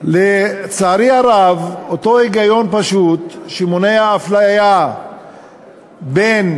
לצערי הרב, אותו היגיון פשוט, שמונע אפליה בין